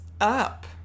up